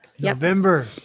November